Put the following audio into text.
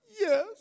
Yes